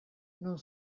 non